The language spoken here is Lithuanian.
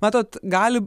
matot gali